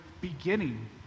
beginning